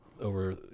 over